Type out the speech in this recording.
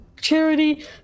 Charity